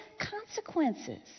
consequences